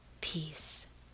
Peace